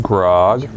Grog